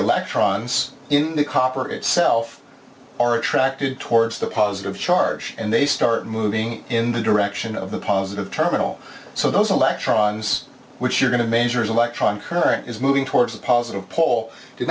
electrons in the copper itself are attracted towards the positive charge and they start moving in the direction of the positive terminal so those electrons which are going to measure electron current is moving towards the positive pole did